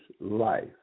life